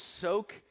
soak